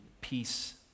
peace